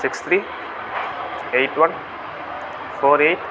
six three eight one four eight